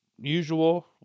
usual